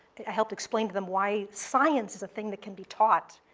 i helped explain to them why science is a thing that can be taught,